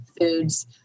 foods